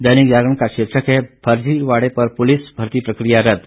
दैनिक जागरण का शीर्षक है फर्जीवाड़े पर पुलिस भर्ती प्रकिया रद्द